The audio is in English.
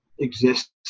exists